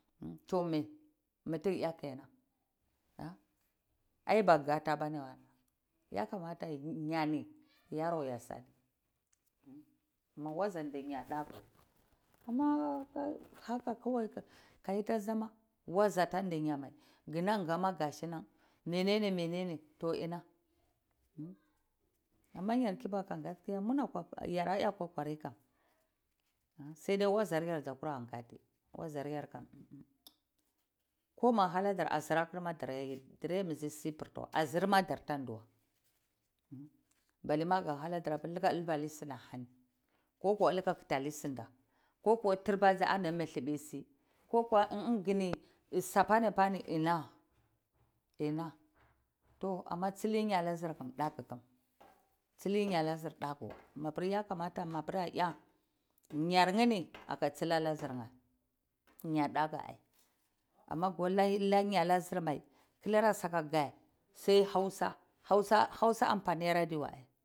To mi, mituku a kenam, ai bagata bani wanam yakamata yar yaro yazani ma waza du ya'r daku, amma haka kawai kayita zama sata tugyamai, amma kashinan menene menene, to ina kibaku yara kogori kam, saide wazarna zakura a kati, wazarya kam ko ku hanadar azine ma tarteta bon si pirtuwa ka tibar dar ti duwa, balloma kaga hanada lika dolbane sahani ko lika katunai sunadaa kogo tirbayi anni muthlafi sai kokuwa no kuni apanipani ina, ina to amma tsili ya'rnazin nikam daku, tsili ya'r na zir daku mabir yakamata ni a yar yini kaga tsila na zirye ya'r daku amma ka la yar na zir mai kulera saka nkgaye sai hausa, hausa amfani anbarira duwa.